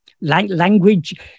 language